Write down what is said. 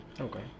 okay